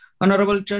Honorable